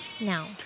No